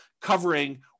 covering